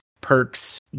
perks